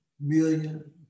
million